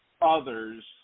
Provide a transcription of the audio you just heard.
others